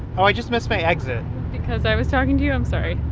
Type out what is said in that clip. oh, i just missed my exit because i was talking to you. i'm sorry